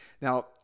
Now